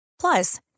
Plus